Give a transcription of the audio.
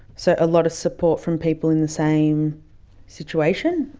so a lot of support from people in the same situation,